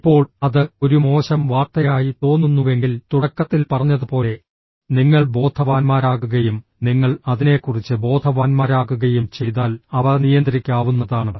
ഇപ്പോൾ അത് ഒരു മോശം വാർത്തയായി തോന്നുന്നുവെങ്കിൽ തുടക്കത്തിൽ പറഞ്ഞതുപോലെ നിങ്ങൾ ബോധവാന്മാരാകുകയും നിങ്ങൾ അതിനെക്കുറിച്ച് ബോധവാന്മാരാകുകയും ചെയ്താൽ അവ നിയന്ത്രിക്കാവുന്നതാണ്